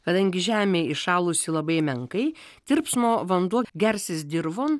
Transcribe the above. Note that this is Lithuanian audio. kadangi žemė įšalusi labai menkai tirpsmo vanduo gersis dirvon